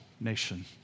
nation